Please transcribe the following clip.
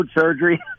surgery